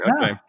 Okay